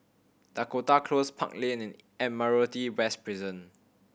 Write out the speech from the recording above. Dakota Close Park Lane and Admiralty West Prison